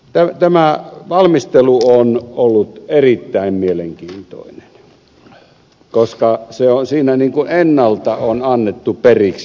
tämä valmistelu on ollut erittäin mielenkiintoinen koska siinä ennalta on annettu periksi lähes kaikki